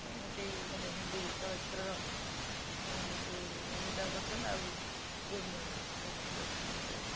ସେଇ ମାନେ ହିନ୍ଦି ଚଳଚିତ୍ରର ଯେଉଁ ଅମିତାଭ ବଚନ ଆଉ ଗୋବିନ୍ଦା ବାବୁଙ୍କୁ ଏ ମାନଙ୍କୁ ପଚାରିବି ଯେ